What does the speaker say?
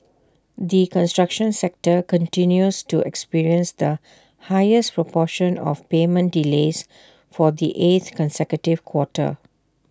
the construction sector continues to experience the highest proportion of payment delays for the eighth consecutive quarter